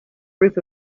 group